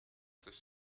this